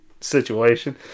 situation